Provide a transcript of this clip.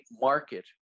market